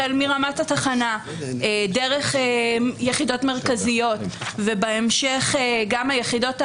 החל מרמת התחנה דרך יחידות מרכזיות ובהמשך גם היחידות הארציות,